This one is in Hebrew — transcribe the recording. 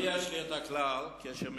יש לי כלל שאומר,